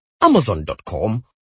amazon.com